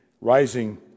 rising